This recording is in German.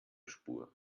spur